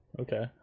okay